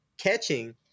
catching